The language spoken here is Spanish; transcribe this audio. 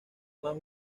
mas